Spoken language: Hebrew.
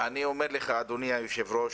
אני אומר לך, אדוני היושב-ראש,